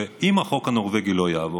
ואם החוק הנורבגי לא יעבור,